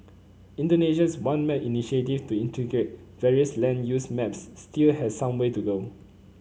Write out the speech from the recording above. Indonesia's One Map initiative to integrate various land use maps still has some way to go